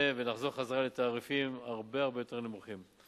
ונחזור לתעריפים הרבה הרבה יותר נמוכים.